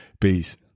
Peace